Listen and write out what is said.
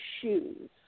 shoes